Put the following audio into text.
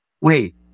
wait